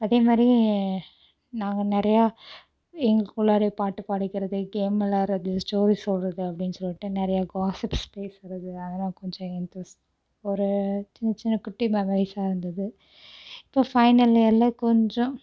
அதேமாதிரி நாங்கள் நிறையா எங்களுக்குள்ளாறயே பாட்டு பாடிக்கிறது கேம் வெளாடறது ஸ்டோரி சொல்வது அப்படின்னு சொல்லிட்டு நிறையா காஸிப்ஸ் பேசுவது அதெல்லாம் கொஞ்சம் இன்ட்ரெஸ்ட் ஒரு சின்ன சின்ன குட்டி மெமரிஸாக இருந்தது இப்போ ஃபைனல் இயரில் கொஞ்சம்